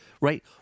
right